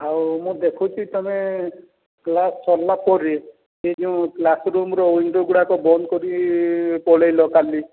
ଆଉ ମୁଁ ଦେଖୁଛି ତମେ କ୍ଲାସ୍ ସରିଲାପରେ ସେ ଯୋଉଁ କ୍ଲାସ୍ ରୁମ୍ର ୱିଣ୍ଡୋ ଗୁଡ଼ାକ ବନ୍ଦକରି ପଳେଇଲ କାଲି